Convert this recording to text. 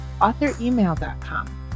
authoremail.com